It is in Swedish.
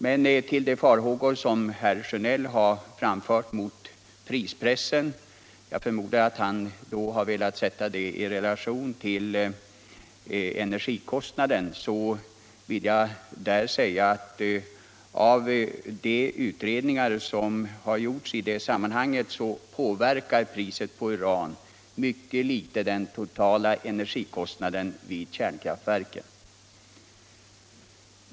Beträffande de farhågor som herr Sjönell framfört mot prispressen — jag förmodar att han velat sätta den i relation till energikostnaden — vill jag säga att enligt de utredningar som har gjorts i sammanhanget påverkar priset på uran i mycket liten grad den totala energikostnaden vid kärnkraftverk.